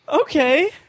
Okay